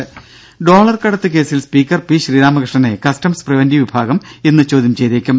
ദേദ ഡോളർ കടത്തു കേസിൽ സ്പീക്കർ പി ശ്രീരാമകൃഷ്ണനെ കസ്റ്റംസ് പ്രിവന്റീവ് വിഭാഗം ഇന്ന് ചോദ്യം ചെയ്തേക്കും